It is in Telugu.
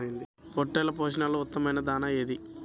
పొట్టెళ్ల పోషణలో ఉత్తమమైన దాణా ఏది?